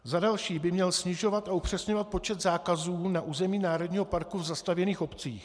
Za další by měl snižovat a upřesňovat počet zákazů na území národního parku v zastavěných obcích.